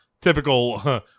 typical